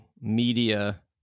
media